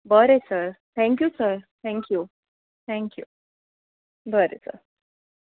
बरें sir thank you sir thank you thank you बरें sir